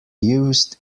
used